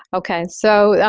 ok. so,